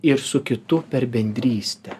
ir su kitu per bendrystę